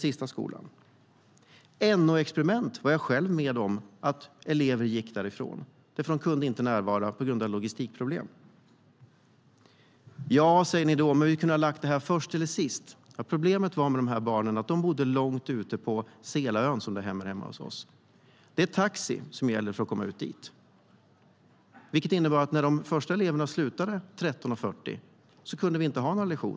Jag var själv med om att dessa elever fick gå från NO-experiment. De kunde inte närvara på grund av logistikproblem. Varför lade vi inte modersmålsundervisningen först eller sist på skoldagen? Problemet var att dessa barn bodde långt ute på Selaön, och det är taxi som gäller för att komma ut dit. Vi kunde alltså inte ha några lektioner efter att de första barnen slutat kl. 13.40.